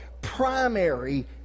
primary